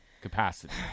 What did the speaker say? capacity